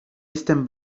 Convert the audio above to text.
jestem